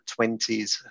20s